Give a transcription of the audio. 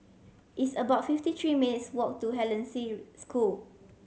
it's about fifty three minutes' walk to Hollandse School